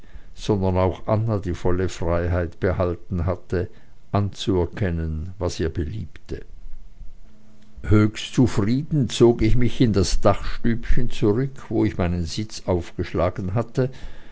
sondern auch anna die volle freiheit behalten hatte anzuerkennen was ihr beliebte höchst zufrieden zog ich mich in das dachstübchen zurück wo ich meinen sitz aufgeschlagen hatte